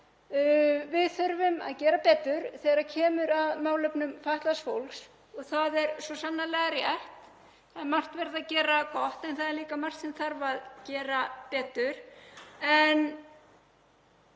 við þurfum að gera betur þegar kemur að málefnum fatlaðs fólks. Það er svo sannarlega rétt að margt er verið að gera gott en það er líka margt sem þarf að gera betur.